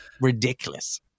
ridiculous